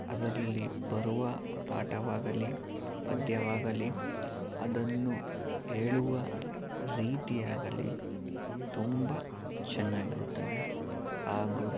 ಅದರಲ್ಲಿ ಬರುವ ಪಾಠವಾಗಲಿ ಪದ್ಯವಾಗಲಿ ಅದನ್ನು ಹೇಳುವ ರೀತಿಯಾಗಲಿ ತುಂಬ ಚೆನ್ನಾಗಿರುತ್ತದೆ ಹಾಗೂ